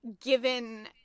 given